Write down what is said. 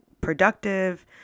productive